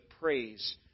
praise